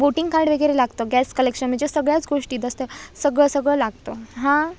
voting card वगैरे लागतं gas collection म्हणजे सगळ्याच गोष्टी दस्त सगळं सगळं लागतं हां